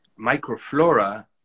microflora